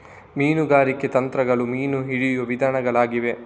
ಮೀನುಗಾರಿಕೆ ತಂತ್ರಗಳು ಮೀನು ಹಿಡಿಯುವ ವಿಧಾನಗಳಾಗಿವೆ